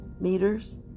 meters